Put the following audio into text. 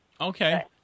Okay